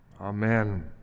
Amen